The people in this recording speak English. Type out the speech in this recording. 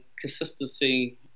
consistency